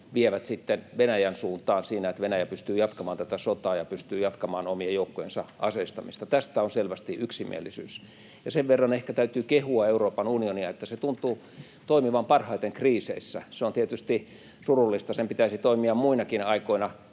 sitten Venäjän suuntaan siinä, että Venäjä pystyy jatkamaan tätä sotaa ja pystyy jatkamaan omien joukkojensa aseistamista. Tästä on selvästi yksimielisyys. Ja sen verran ehkä täytyy kehua Euroopan unionia, että se tuntuu toimivan parhaiten kriiseissä. Se on tietysti surullista. Sen pitäisi toimia muinakin aikoina